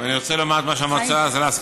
ואני רוצה לומר את מה שהמועצה להשכלה